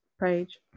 page